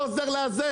החוק לא מגן,